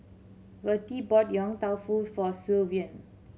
Vertie bought Yong Tau Foo for Sylvan